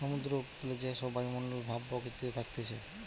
সমুদ্র উপকূলে যে সব বায়ুমণ্ডল ভাব প্রকৃতিতে থাকতিছে